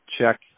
check